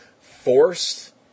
forced